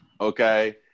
Okay